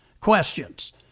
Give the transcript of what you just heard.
questions